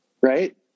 right